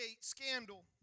scandal